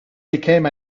became